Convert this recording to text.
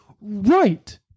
Right